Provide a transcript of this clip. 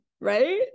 right